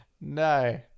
No